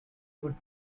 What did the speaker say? would